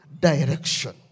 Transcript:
direction